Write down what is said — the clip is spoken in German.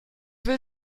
will